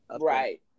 Right